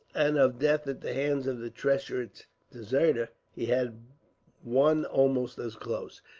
and of death at the hands of the treacherous deserter, he had one almost as close,